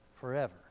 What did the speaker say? forever